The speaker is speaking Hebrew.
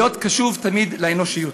להיות קשוב תמיד לאנושיות.